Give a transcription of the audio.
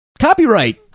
copyright